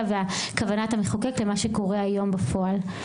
וכוונת המחוקק לבין מה שקורה היום בפועל.